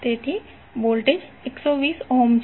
તેથી voltage 120 volt છે